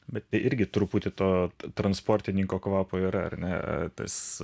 bet tai irgi truputį to transportininko kvapo yra ar ne tas